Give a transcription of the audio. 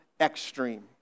extreme